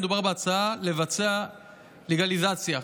מדובר בהצעה לבצע לגליזציה.